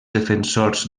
defensors